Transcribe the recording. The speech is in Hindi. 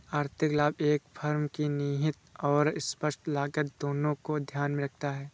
आर्थिक लाभ एक फर्म की निहित और स्पष्ट लागत दोनों को ध्यान में रखता है